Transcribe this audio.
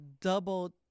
double